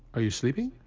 are you sleeping?